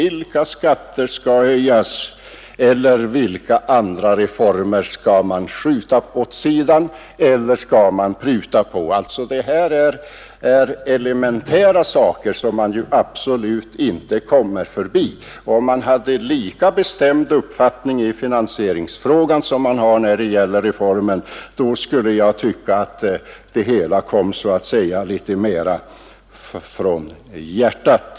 Vilka skatter skall höjas eller vilka andra reformer skall skjutas åt sidan eller prutas på? Det här är elementära saker som vi absolut inte kan undgå att ta ställning till, och om centern hade en lika bestämd uppfattning i finansieringsfrågan som beträffande reformen skulle jag tycka att det hela kom litet mera från hjärtat.